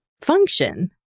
function